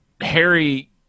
Harry